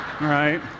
right